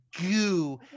goo